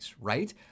right